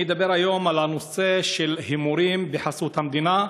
אני אדבר היום על הנושא של הימורים בחסות המדינה,